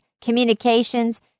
communications